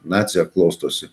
nacija klostosi